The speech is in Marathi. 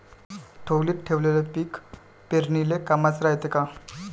ढोलीत ठेवलेलं पीक पेरनीले कामाचं रायते का?